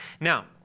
Now